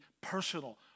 personal